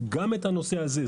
אז גם את הנושא הזה,